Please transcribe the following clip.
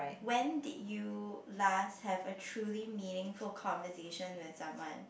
when did you last have a truly meaningful conversation with someone